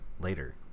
later